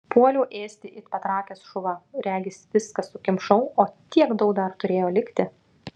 puoliau ėsti it patrakęs šuva regis viską sukimšau o tiek daug dar turėjo likti